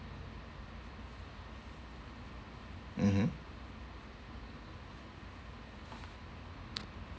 mmhmm